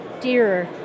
dearer